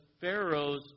Pharaoh's